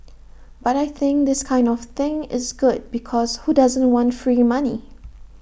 but I think this kind of thing is good because who doesn't want free money